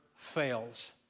fails